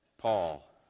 Paul